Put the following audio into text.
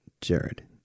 Jared